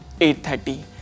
8.30